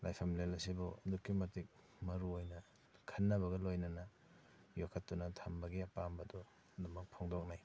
ꯂꯥꯏꯐꯝ ꯂꯦꯟ ꯑꯁꯤꯕꯨ ꯑꯗꯨꯛꯀꯤ ꯃꯇꯤꯛ ꯃꯔꯨ ꯑꯣꯏꯅ ꯈꯟꯅꯕꯒ ꯂꯣꯏꯅꯅ ꯌꯣꯛꯈꯠꯇꯨꯅ ꯊꯝꯕꯒꯤ ꯑꯄꯥꯝꯕꯗꯣ ꯑꯗꯨꯃꯛ ꯐꯣꯡꯗꯣꯛꯅꯩ